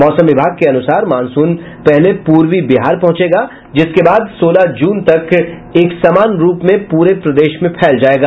मौसम विभाग के अनुसार मानसून पहले पूर्वी बिहार पहुंचेगा जिसके बाद सोलह जून तक एक समान रूप में पूरे प्रदेश में फैल जाएगा